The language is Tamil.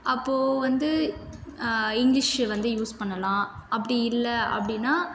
அப்போ வந்து இங்கிலீஷ் வந்து யூஸ் பண்ணலாம் அப்படி இல்லை அப்படினா